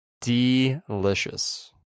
Delicious